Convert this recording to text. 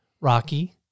Rocky